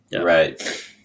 Right